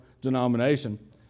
denomination